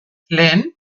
lehen